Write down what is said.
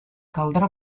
caldrà